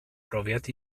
brofiad